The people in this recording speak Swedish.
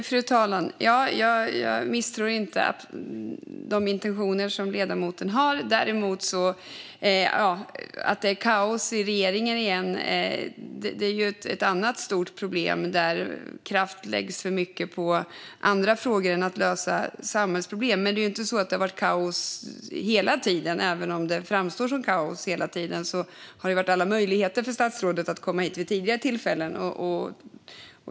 Fru talman! Jag misstror inte ledamotens intentioner. Att det är kaos i regeringen igen är däremot ett annat stort problem. För mycket kraft läggs på andra frågor än att lösa samhällsproblem. Men det har ju inte varit kaos hela tiden. Även om det framstår som att det har varit kaos hela tiden har statsrådet haft möjlighet att komma hit vid tidigare tillfällen.